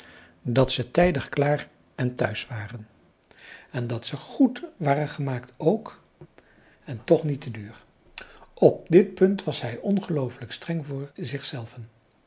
dat ze tijdig klaar en thuis waren en dat ze goed waren gemaakt ook en toch niet te duur op dit punt was hij ongelooflijk streng voor zich zelven